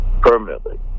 permanently